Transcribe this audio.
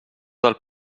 del